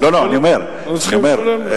אנחנו צריכים לשלם להם.